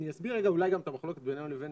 אני אסביר רגע אולי גם את המחלוקת בינינו לבין